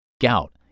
gout